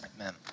amen